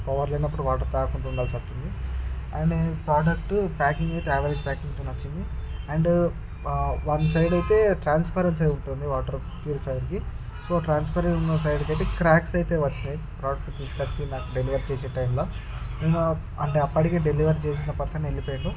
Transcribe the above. power లేనప్పుడు water తాగకుండా ఉండాల్సి వస్తుంది అండ్ ప్రోడక్ట్ ప్యాకింగ్ అయితే యావరేజ్ ప్యాకింగ్ వచ్చింది అండ్ వన్ సైడ్ అయితే ట్రాన్స్పరెన్సీ ఉంటుంది వాటర్ ప్యూరిఫయర్కి సో ట్రాన్స్పరెంట్ ఉన్న సైడ్ కైతే క్రాక్స్ అయితే వచ్చాయ్ ప్రోడక్ట్ తీసుకువచ్చి నాకు డెలివరీ చేసే టైంలో నేను అంటే అప్పటికి డెలివరీ చేసిన పర్సన్ వెళ్ళిపోయిండు